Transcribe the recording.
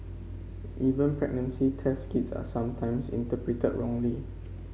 even pregnancy test kits are sometimes interpreted wrongly